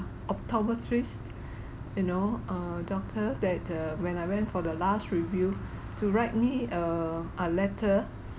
optometrist you know uh doctor that uh when I went for the last review to write me err a letter